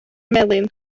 melin